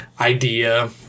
idea